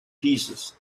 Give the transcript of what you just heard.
pieces